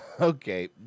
Okay